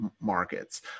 markets